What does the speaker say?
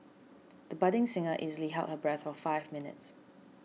the budding singer easily held her breath for five minutes